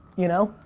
you know,